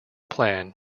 plan